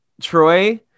Troy